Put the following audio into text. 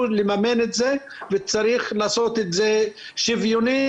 לממן את זה וצריך לעשות את זה שוויוני.